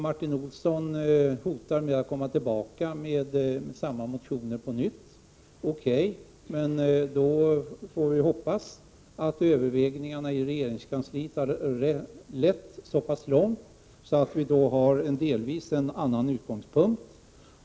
Martin Olsson hotar med att komma tillbaka med samma motioner på nytt. Okej, men då får vi hoppas att övervägandena i regeringskansliet har nått så pass långt att vi har en delvis annan utgångspunkt.